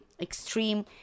extreme